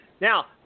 now